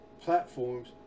platforms